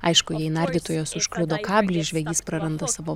aišku jei nardytojas užkliudo kablį žvejys praranda savo